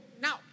Now